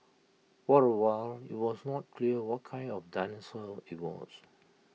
for A while IT was not clear what kind of dinosaur IT was